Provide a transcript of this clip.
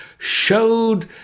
showed